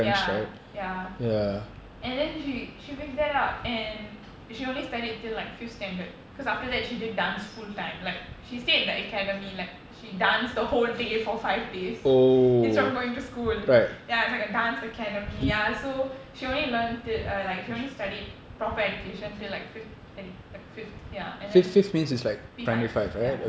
ya ya and then she she picked that up and she only studied till like fifth standard because after that she did dance full time like she stayed in the academy like she danced the whole day for five days instead of going to school ya it's like a dance academy ya so she only learned it err like she only studied proper education till like fifth like fifth ya and then P five ya